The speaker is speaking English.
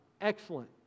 excellent